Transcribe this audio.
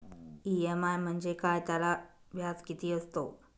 EMI म्हणजे काय? त्याला व्याज किती असतो?